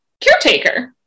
caretaker